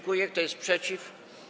Kto jest przeciw?